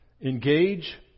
engage